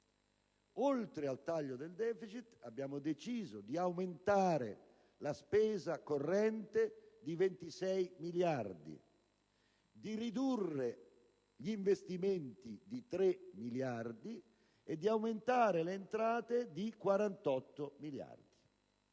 oltre al taglio del deficit, abbiamo deciso di aumentare la spesa corrente di 26 miliardi, di ridurre gli investimenti di 3 miliardi e di aumentare le entrate di 48 miliardi: